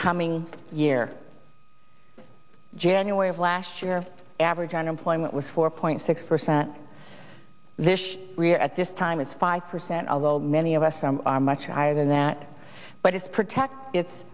coming year january of last year average unemployment was four point six percent we're at this time it's five percent although many of us from are much higher than that but it's protect it's